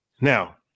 Now